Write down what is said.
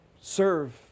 serve